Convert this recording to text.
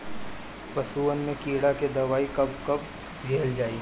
पशुअन मैं कीड़ा के दवाई कब कब दिहल जाई?